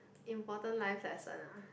important life lesson ah